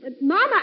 Mama